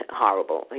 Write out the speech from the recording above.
horrible